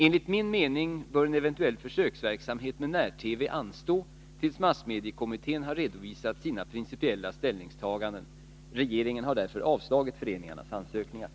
Enligt min mening bör en eventuell försöksverksamhet med när-TV anstå tills massmediekommittén har redovisat sina principiella ställningstaganden. Regeringen har därför avslagit föreningarnas ansökningar.